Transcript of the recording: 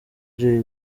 jay